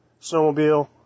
snowmobile